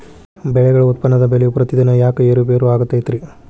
ಬೆಳೆಗಳ ಉತ್ಪನ್ನದ ಬೆಲೆಯು ಪ್ರತಿದಿನ ಯಾಕ ಏರು ಪೇರು ಆಗುತ್ತೈತರೇ?